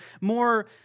more